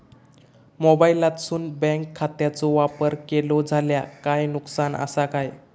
मोबाईलातसून बँक खात्याचो वापर केलो जाल्या काय नुकसान असा काय?